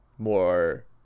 more